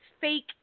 fake